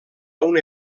una